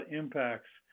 impacts